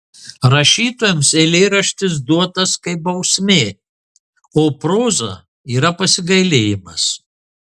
rašytojams eilėraštis duotas kaip bausmė o proza yra pasigailėjimas